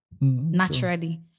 naturally